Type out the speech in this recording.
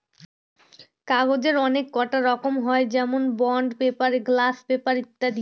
কাগজের অনেককটা রকম হয় যেমন বন্ড পেপার, গ্লাস পেপার ইত্যাদি